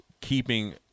keeping